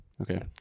okay